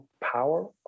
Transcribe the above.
power